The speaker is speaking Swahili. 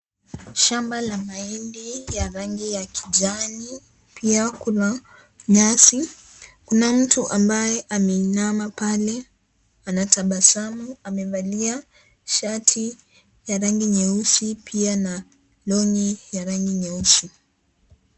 Shamba la mahindi ya rangi ya kijani pia kuna nyasi. Kuna mtu ambaye ameinama pale akitabasamu. Amevalia shati ya rangi nyeusi pia na longi pia ya rangi nyeusi.